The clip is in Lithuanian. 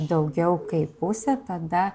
daugiau kaip pusė tada